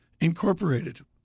Incorporated